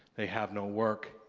they have no work.